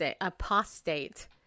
apostate